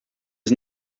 was